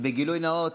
בגילוי נאות: